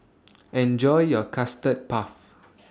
Enjoy your Custard Puff